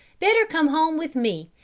better come home with me,